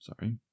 sorry